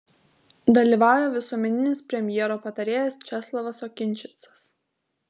dalyvauja visuomeninis premjero patarėjas česlavas okinčicas